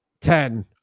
ten